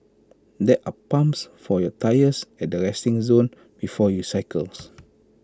there are pumps for your tyres at the resting zone before you cycles